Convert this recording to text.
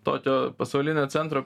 tokio pasaulinio centro